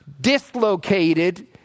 dislocated